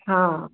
हा